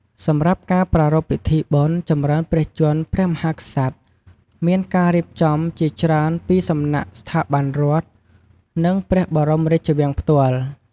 សម្រាប់ការប្រារព្ធពិធីបុណ្យចម្រើនព្រះជន្មព្រះមហាក្សត្រ មានការរៀបចំជាច្រើនពីសំណាក់ស្ថាប័នរដ្ឋ និងព្រះបរមរាជវាំងផ្ទាល់។